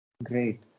great